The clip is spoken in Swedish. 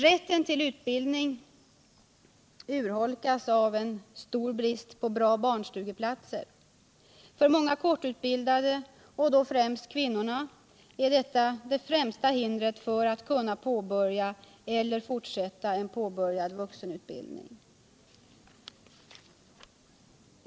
Rätten till utbildning urholkas av en stor brist på bra barnstugeplatser. För många kortutbildade, i första hand kvinnorna, är detta det främsta hindret för att kunna påbörja eller fortsätta en påbörjad vuxenutbildning.